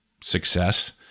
success